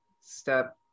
step